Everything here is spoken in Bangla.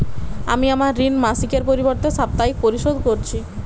আমি আমার ঋণ মাসিকের পরিবর্তে সাপ্তাহিক পরিশোধ করছি